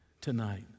tonight